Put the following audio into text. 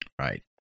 Right